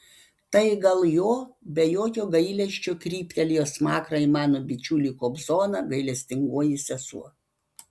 tai gal jo be jokio gailesčio kryptelėjo smakrą į mano bičiulį kobzoną gailestingoji sesuo